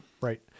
Right